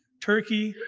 turkey,